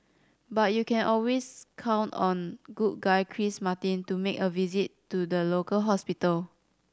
but you can always count on good guy Chris Martin to make a visit to the local hospital